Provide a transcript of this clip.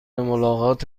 ملاقات